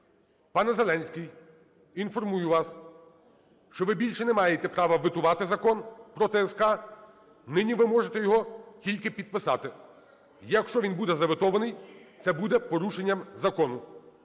Пане Зеленський, інформую вас, що ви більше не маєте права ветувати Закон про ТСК, нині ви можете його тільки підписати. Якщо він буде за ветований – це буде порушенням закону.